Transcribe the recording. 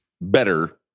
better